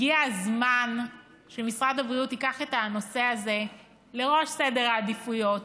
הגיע הזמן שמשרד הבריאות ייקח את הנושא הזה לראש סדר העדיפויות